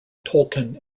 tolkien